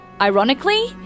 Ironically